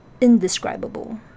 indescribable